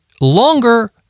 longer